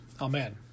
Amen